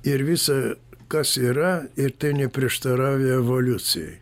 ir visa kas yra ir tai neprieštarauja evoliucijai